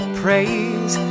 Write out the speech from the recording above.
praise